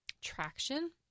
traction